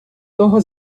того